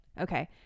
Okay